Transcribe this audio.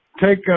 take